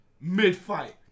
mid-fight